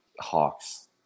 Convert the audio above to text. Hawks